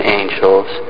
angels